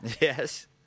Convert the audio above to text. Yes